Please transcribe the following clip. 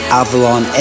avalon